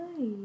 hi